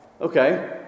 Okay